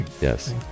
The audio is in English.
yes